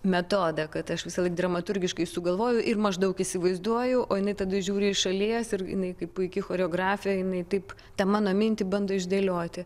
metodą kad aš visąlaik dramaturgiškai sugalvoju ir maždaug įsivaizduoju o jinai tada žiūri iš šalies ir jinai kaip puiki choreografija jinai taip tą mano mintį bando išdėlioti